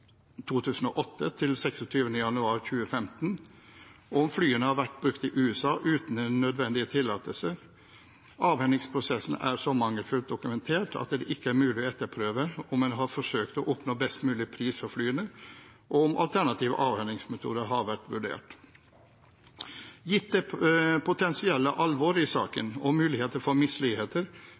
2008 til 26. januar 2015. Det kan ikke fastslås om flyene har vært brukt i USA, uten de nødvendige tillatelser. Avhendingsprosessen er så mangelfullt dokumentert at det ikke er mulig å etterprøve om en har forsøkt å oppnå best mulig pris for flyene, og om alternative avhendingsmetoder har vært vurdert. Gitt det potensielle alvoret i saken og mulighetene for